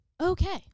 okay